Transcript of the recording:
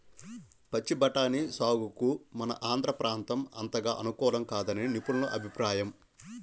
పచ్చి బఠానీ సాగుకు మన ఆంధ్ర ప్రాంతం అంతగా అనుకూలం కాదని నిపుణుల అభిప్రాయం